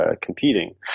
competing